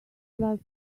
like